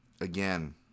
Again